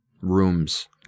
rooms